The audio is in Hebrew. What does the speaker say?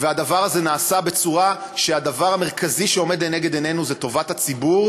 והדבר הזה נעשה בצורה שהדבר המרכזי שעומד לנגד עינינו זה טובת הציבור,